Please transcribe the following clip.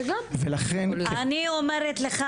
אני אומרת לך,